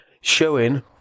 showing